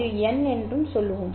இது n என்று சொல்வோம்